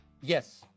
yes